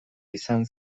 izan